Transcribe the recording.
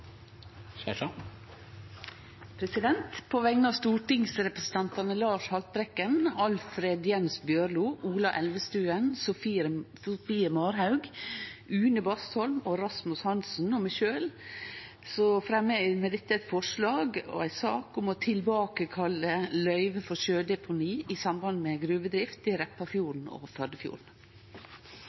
På vegner av stortingsrepresentantane Lars Haltbrekken, Alfred Jens Bjørlo, Ola Elvestuen, Sofie Marhaug, Une Bastholm, Rasmus Hansson og meg sjølv vil eg med dette leggje fram eit forslag om å om å